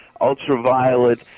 Ultraviolet